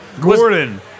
Gordon